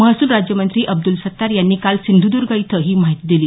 महसूल राज्यमंत्री अब्दुल सत्तार यांनी काल सिंधुदर्ग इथं ही माहिती दिली